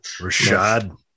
Rashad